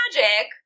magic